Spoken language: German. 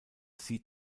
sie